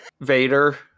Vader